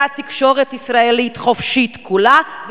אלא בתקשורת הישראלית החופשית כולה,